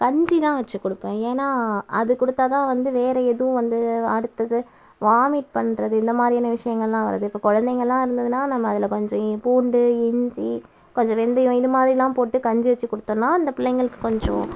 கஞ்சி தான் வச்சு கொடுப்பேன் ஏன்னா அது கொடுத்தா தான் வந்து வேற எதுவும் வந்து அடுத்தது வாமிட் பண்ணுறது இந்த மாதிரியான விஷயங்கள்லாம் வருது இப்போ கொழந்தைங்கள்லாம் இருந்ததுனா நம்ம அதில் கொஞ்சம் பூண்டு இஞ்சி கொஞ்சம் வெந்தயம் இது மாதிரிலாம் போட்டு கஞ்சி வச்சு கொடுத்தோன்னா அந்த பிள்ளைங்களுக்கு கொஞ்சம்